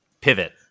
pivot